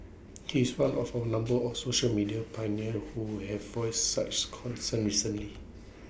he is one of A number of social media pioneers who have voiced such concerns recently